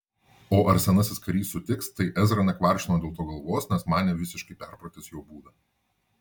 o ar senasis karys sutiks tai ezra nekvaršino dėl to galvos nes manė visiškai perpratęs jo būdą